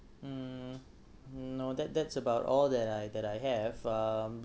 um no that that's about all that I that I have um